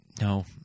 No